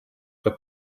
for